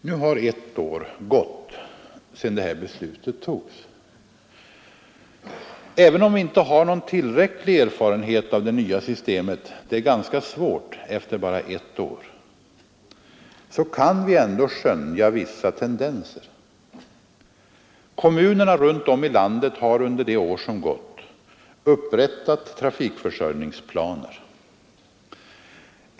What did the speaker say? Nu har ett år gått sedan beslutet togs. Även om vi inte har tillräcklig erfarenhet av det nya systemet — det är ganska svårt efter bara ett år — så kan vi ändå skönja vissa tendenser. Kommunerna runt om i landet har under det år som gått upprättat trafikförsörjningsplaner.